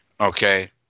okay